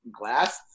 glass